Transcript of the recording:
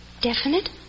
Definite